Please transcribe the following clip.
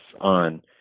on